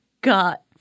got